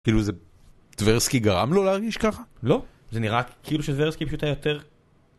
דברסקי גרם לו להרגיש ככה? לא, זה נראה כאילו שדברסקי פשוט היה יותר...